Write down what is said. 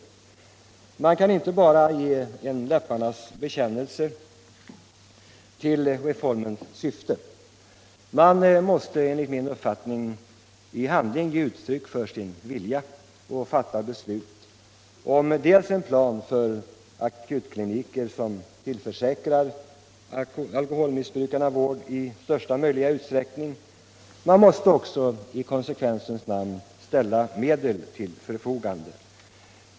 Man kan inte bara göra en läpparnas bekännelse. Man måste i handling ge uttryck för sin vilja och fatta beslut om dels en plan för akutkliniker som tillförsäkrar alkoholmissbrukarna vård i största möjliga utsträckning, dels i konsekvensens namn ställa medel till förfogande.